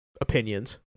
opinions